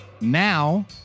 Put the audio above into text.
now